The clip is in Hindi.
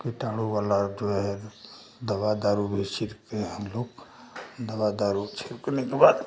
कीटाणू वाला जो है दबा दारू भी छीटते हैं हम लोग दवा दारू छीटने के बाद